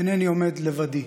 אינני עומד לבדי,